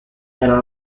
era